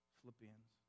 Philippians